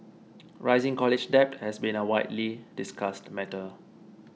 rising college debt has been a widely discussed matter